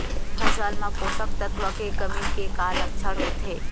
फसल मा पोसक तत्व के कमी के का लक्षण होथे?